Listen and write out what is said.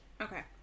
Okay